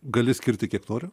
gali skirti kiek nori